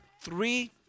three